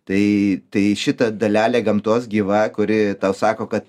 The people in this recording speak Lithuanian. tai tai šita dalelė gamtos gyva kuri tau sako kad